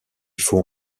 faut